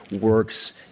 works